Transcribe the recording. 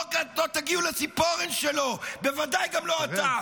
לא תגיעו לציפורן שלו, בוודאי גם לא אתה.